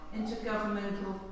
Intergovernmental